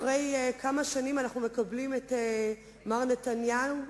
אחרי כמה שנים אנחנו מקבלים את מר נתניהו,